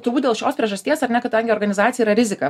turbūt dėl šios priežasties ar ne kadangi organizacija yra rizika